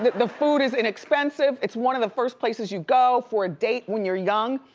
the food is inexpensive. it's one of the first places you go for a date when you're young.